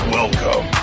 welcome